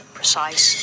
precise